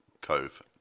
Cove